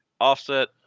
offset